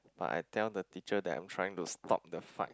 but I tell the teacher that I'm trying to stop the fight